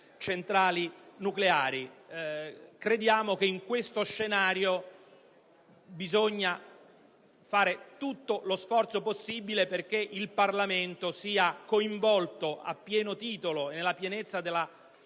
centrali nucleari. Riteniamo che in questo scenario si debba fare tutto lo sforzo possibile perché il Parlamento sia coinvolto a pieno titolo e nella pienezza delle